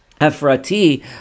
Ephrati